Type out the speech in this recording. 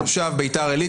תושב ביתר עילית,